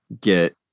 get